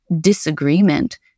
disagreement